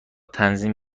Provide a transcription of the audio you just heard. تنظیم